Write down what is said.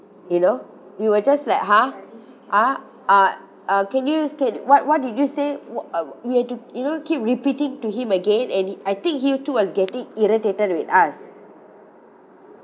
you know we were just like !huh! uh uh uh can you can what what did you say what we had to you know keep repeating to him again and I think he too getting irritated with us